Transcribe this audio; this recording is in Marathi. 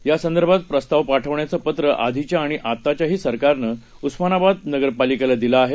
यासंदर्भात प्रस्ताव पाठवण्याचं पत्र आधीच्या आणि आताच्याही सरकारनं उस्मानाबाद नगरपालिकेला दिलं आहे